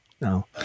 No